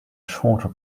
shorter